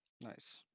Nice